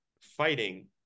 fighting